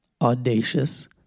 Audacious